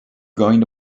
going